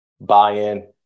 buy-in